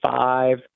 five